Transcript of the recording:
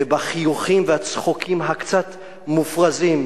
ובחיוכים ובצחוקים הקצת מופרזים,